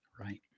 Right